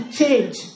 change